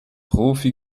profi